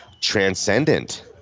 transcendent